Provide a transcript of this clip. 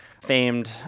famed